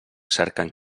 cerquen